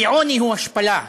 כי עוני הוא השפלה.